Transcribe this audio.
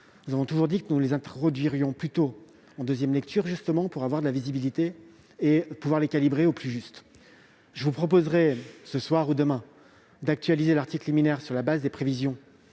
Nous avons toujours dit que nous préférions les introduire en deuxième lecture, pour avoir de la visibilité et pouvoir les calibrer au plus juste. Je vous proposerai, ce soir ou demain, d'actualiser l'article liminaire sur la base des prévisions